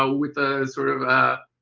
ah with a sort of a